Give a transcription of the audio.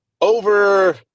over